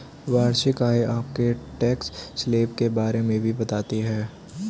वार्षिक आय आपके टैक्स स्लैब के बारे में भी बताती है